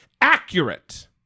accurate